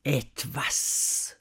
eiti pas